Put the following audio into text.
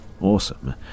Awesome